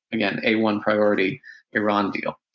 again, a one priority iran deal.